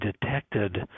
detected